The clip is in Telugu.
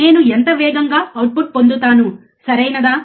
నేను ఎంత వేగంగా అవుట్పుట్ పొందుతాను సరియైనదా